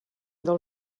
del